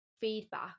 feedback